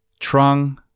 Trung